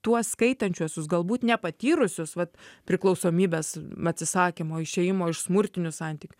tuos skaitančiuosius galbūt nepatyrusius vat priklausomybės atsisakymo išėjimo iš smurtinių santykių